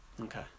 Okay